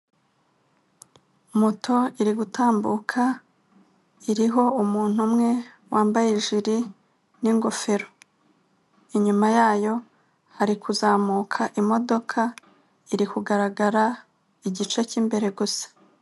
Moto iri gutambuka iriho umuntu umwe wambaye jiri n'ingofero, inyuma yayo hari kuzamuka imodoka iri kugaragara igice cy'imbere gusa.